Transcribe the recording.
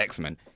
X-Men